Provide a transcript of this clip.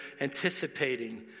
anticipating